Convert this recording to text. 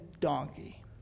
donkey